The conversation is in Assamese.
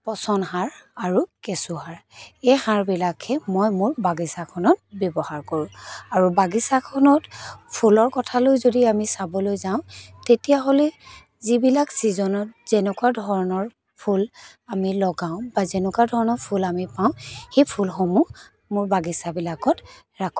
পচন সাৰ আৰু কেঁচু সাৰ এই সাৰবিলাকহে মই মোৰ বাগিচাখনত ব্যৱহাৰ কৰোঁ আৰু বাগিচাখনত ফুলৰ কথালৈ যদি আমি চাবলৈ যাওঁ তেতিয়াহ'লে যিবিলাক চিজনত যেনেকুৱা ধৰণৰ ফুল আমি লগাওঁ বা যেনেকুৱা ধৰণৰ ফুল আমি পাওঁ সেই ফুলসমূহ মোৰ বাগিচাবিলাকত ৰাখোঁ